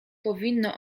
powinno